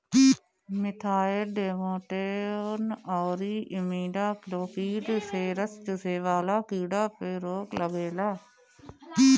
methyl demeton अउरी imidacloprid से रस चुसे वाला कीड़ा पे रोक लागेला